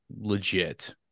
legit